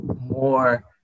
more